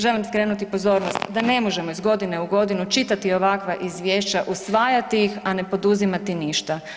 Želim skrenuti pozornost da ne možemo iz godine u godinu čitati ovakva izvješća, usvajati ih, a ne poduzimati ništa.